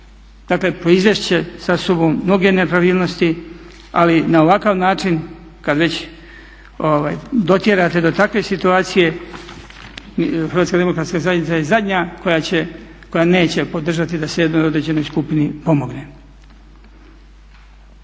dakle proizvest će sa sobom mnoge nepravilnosti, ali na ovakav način kad već dotjerate do takve situacije HDZ je zadnja koja neće podržati da se jednoj određenoj skupini pomogne.